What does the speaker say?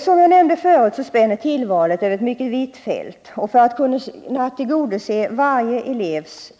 Som jag nämnde spänner tillvalet över ett mycket vitt fält för att tillgodose varje elevs